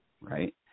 right